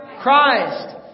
Christ